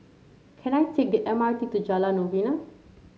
can I take the M R T to Jalan Novena